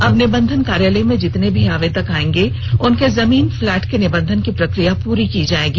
अब निबंधन कार्यालय में जितने भी आवेदक आएंगे उनके जमीन फ्लैट के निबंधन की प्रक्रिया पूरी की जाएगी